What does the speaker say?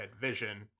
vision